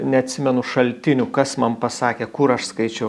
neatsimenu šaltinių kas man pasakė kur aš skaičiau